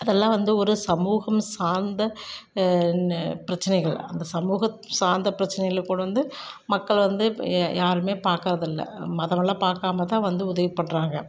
அதெல்லாம் வந்து ஒரு சமூகம் சார்ந்த நே பிரச்சனைகள் அந்த சமூகத் சார்ந்த பிரச்சனைகள கொண்டு வந்து மக்களை வந்து யாருமே பார்க்கறதில்ல மதமெல்லாம் பார்க்காம தான் வந்து உதவி பண்ணுறாங்க